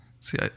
See